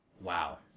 wow